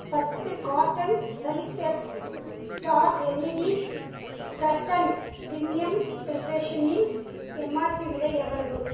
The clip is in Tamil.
பத்து curtain series X star LED curtain premium டெக்ரேஷனின் எம்ஆர்பி விலை எவ்வளவு